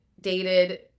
dated